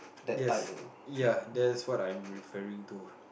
yes ya that is what I'm referring to